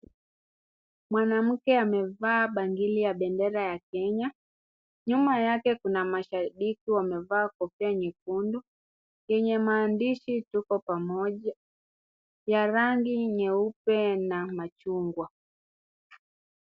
Mwanamke amevaa bangili ya bendera ya Kenya. Nyuma yake kuna mashabiki wamevaa kofia nyekundu yenye maandishi tuko pamoja, ya rangi nyeupe na machungwa.